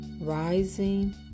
rising